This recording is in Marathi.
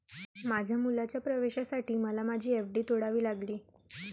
माझ्या मुलाच्या प्रवेशासाठी मला माझी एफ.डी तोडावी लागली